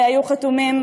שהיו חתומים,